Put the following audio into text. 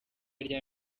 rya